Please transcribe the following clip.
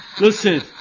listen